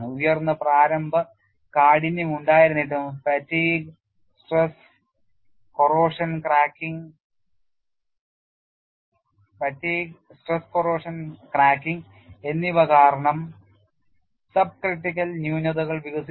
ഉയർന്ന പ്രാരംഭ കാഠിന്യം ഉണ്ടായിരുന്നിട്ടും ഫാറ്റീഗ് സ്ട്രെസ് കോറോഷൻ ക്രാക്കിംഗ് എന്നിവ കാരണം സബ്ക്രിട്ടിക്കൽ ന്യൂനതകൾ വികസിച്ചു